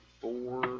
four